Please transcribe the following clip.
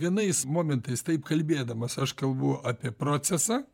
vienais momentais taip kalbėdamas aš kalbu apie procesą